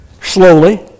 slowly